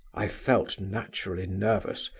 i felt naturally nervous,